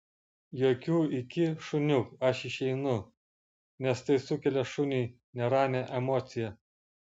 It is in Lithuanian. jokių iki šuniuk aš išeinu nes tai sukelia šuniui neramią emociją